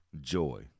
joy